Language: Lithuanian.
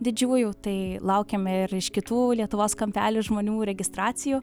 didžiųjų tai laukiame ir iš kitų lietuvos kampelių žmonių registracijų